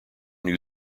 new